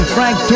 Frank